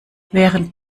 während